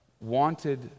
wanted